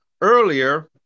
earlier